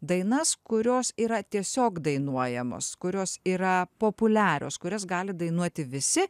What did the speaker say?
dainas kurios yra tiesiog dainuojamos kurios yra populiarios kurias gali dainuoti visi